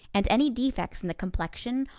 and any defects in the complexion,